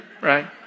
right